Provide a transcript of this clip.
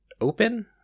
open